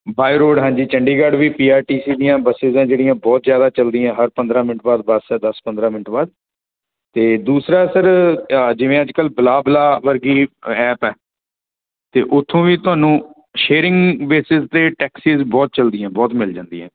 bye road ਹਾਂਜੀ ਚੰਡੀਗੜ੍ਹ ਵੀ P R T C ਦੀਆਂ ਬੱਸਿਸ ਹੈ ਜਿਹੜੀਆਂ ਬਹੁਤ ਜ਼ਿਆਦਾ ਚਲਦੀਆਂ ਹਰ ਪੰਦਰ੍ਹਾਂ ਮਿੰਟ ਬਾਅਦ ਬੱਸ ਹੈ ਦਸ ਪੰਦਰ੍ਹਾਂ ਮਿੰਟ ਬਾਅਦ ਅਤੇ ਦੂਸਰਾ ਸਰ ਆ ਜਿਵੇਂ ਅੱਜ ਕੱਲ੍ਹ ਬਲਾ ਬਲਾ ਵਰਗੀ ਐਪ ਹੈ ਅਤੇ ਉੱਥੋਂ ਵੀ ਤੁਹਾਨੂੰ ਸ਼ੇਅਰਿੰਗ ਬੇਸਿਜ਼ 'ਤੇ ਟੈਕਸਿਜ਼ ਬਹੁਤ ਚਲਦੀਆਂ ਬਹੁਤ ਮਿਲ ਜਾਂਦੀਆਂ